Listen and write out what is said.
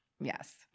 Yes